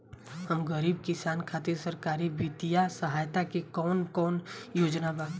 हम गरीब किसान खातिर सरकारी बितिय सहायता के कवन कवन योजना बा?